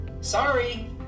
Sorry